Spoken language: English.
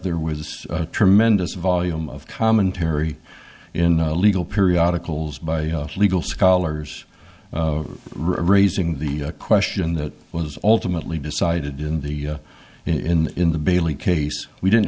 there was a tremendous volume of commentary in legal periodicals by legal scholars raising the question that was alternately decided in the in in the bailey case we didn't